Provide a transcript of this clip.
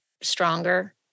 stronger